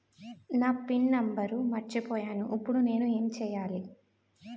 నా PIN number మర్చిపోయాను ఇప్పుడు నేను ఎంచేయాలి?